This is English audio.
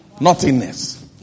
Nothingness